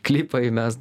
klipą įmes